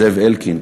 זאב אלקין,